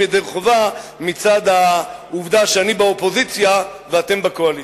ידי חובה מצד העובדה שאני באופוזיציה ואתם בקואליציה.